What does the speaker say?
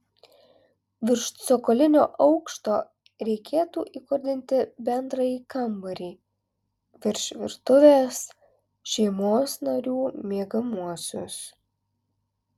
virš cokolinio aukšto reikėtų įkurdinti bendrąjį kambarį virš virtuvės šeimos narių miegamuosius